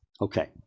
Okay